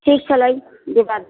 ठीक छलै